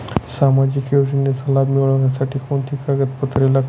सामाजिक योजनेचा लाभ मिळण्यासाठी कोणती कागदपत्रे लागतील?